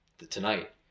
tonight